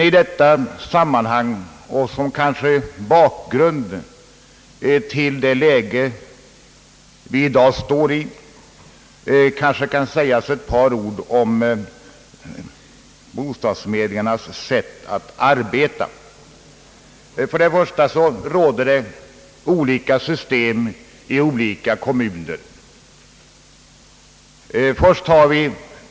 I detta sammanhang och som bakgrund till dagens läge bör kanske några ord sägas om bostadsförmedlingarnas sätt att arbeta. Först och främst tillämpas olika system i skilda kommuner.